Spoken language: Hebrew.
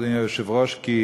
תודה, אדוני היושב-ראש, כי